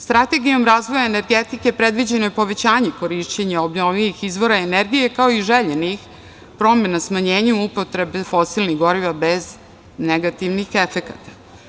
Strategijom razvoja energetike predviđeno je povećanje korišćenja obnovljivih izvora energije, kao i željenih promena smanjenjem upotrebe fosilnih goriva bez negativnih efekata.